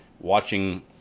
watching